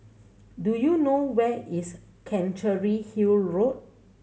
do you know where is Chancery Hill Road